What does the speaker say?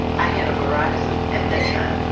i had a verizon at that time.